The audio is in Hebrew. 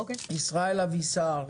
ישראל אבישר,